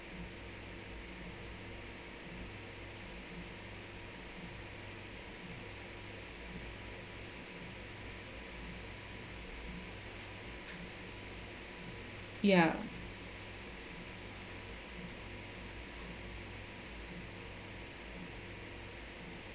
ya